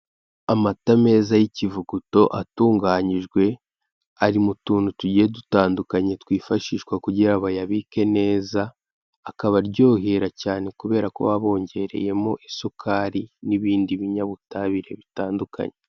Amata meza y'ikivuguto atunganyijwe ari mu tuntu tugiye dutandukanye twifashishwa kugira ngo bayabike neza, akaba aryohera cyane kubera ko baba bongeyemo isukari n'ibindi binyabutabire bitandukanye.